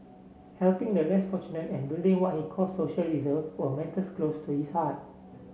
helping the less fortunate and building what he call social reserve were matters close to his heart